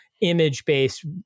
image-based